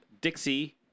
Dixie